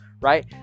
right